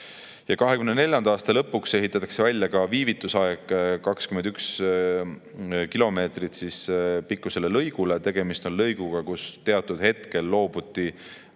2024. aasta lõpuks ehitatakse välja ka viivitusaed 21 kilomeetri pikkusele lõigule. Tegemist on lõiguga, kus teatud hetkel loobuti